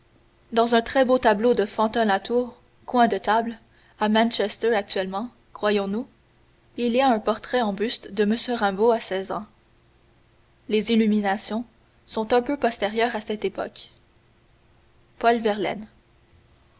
dans un très beau tableau de fantin latour coin de table à manchester actuellement croyons-nous il y a un portrait en buste de m rimbaud à seize ans les illuminations sont un peu postérieures à cette époque paul verlaine